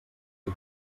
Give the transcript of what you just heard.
que